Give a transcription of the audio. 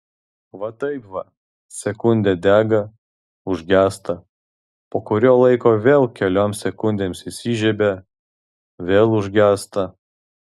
va taip va sekundę dega užgęsta po kurio laiko vėl kelioms sekundėms įsižiebia vėl užgęsta